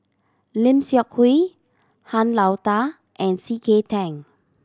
Lim Seok Hui Han Lao Da and C K Tang